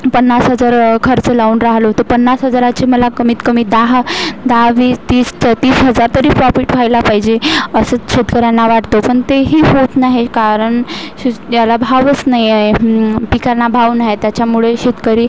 पन्नास हजार खर्च लावून राहिलो तर पन्नास हजाराचे मला कमीत कमी दहा दहा वीस तीस तर तीस हजार तरी प्रॉफिट व्हायला पाहिजे असंच शेतकऱ्यांना वाटतो पण तेही होत नाही कारण त्याला भावच नाही आहे पिकांना भाव नाही त्याच्यामुळे शेतकरी